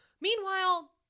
Meanwhile